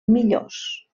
millors